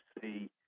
see